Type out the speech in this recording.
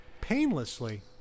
painlessly